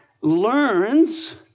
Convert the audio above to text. learns